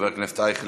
חבר הכנסת אייכלר.